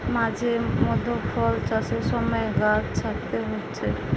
মাঝে মধ্যে ফল চাষের সময় গাছ ছাঁটতে হচ্ছে